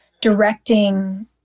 directing